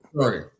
Sorry